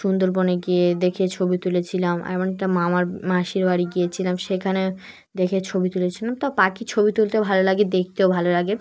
সুন্দরবনে গিয়ে দেখে ছবি তুলেছিলাম এমন একটা মামার মাসির বাড়ি গিয়েছিলাম সেখানে দেখে ছবি তুলেছিলাম তা পাখির ছবি তুলতে ভালো লাগে দেখতেও ভালো লাগে